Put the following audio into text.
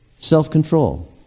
Self-control